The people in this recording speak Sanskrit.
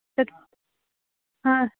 तत् हा